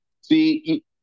see